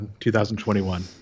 2021